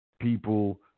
people